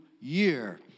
year